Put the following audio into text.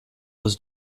was